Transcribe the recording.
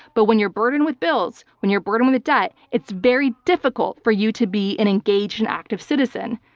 but when you're burdened with bills, when you're burdened with a debt, it's very difficult for you to be an engaged and active citizen.